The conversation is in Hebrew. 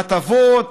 הטבות,